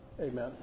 Amen